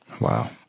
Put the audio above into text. Wow